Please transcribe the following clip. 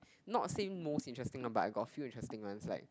not say most interesting lah but I got a few interesting ones like